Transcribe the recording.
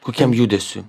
kokiam judesiui